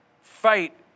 Fight